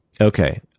Okay